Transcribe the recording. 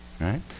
right